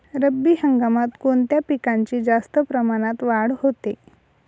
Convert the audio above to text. रब्बी हंगामात कोणत्या पिकांची जास्त प्रमाणात वाढ होते?